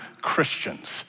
Christians